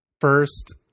first